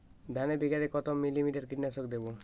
ধানে বিঘাতে কত মিলি লিটার কীটনাশক দেবো?